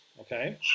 okay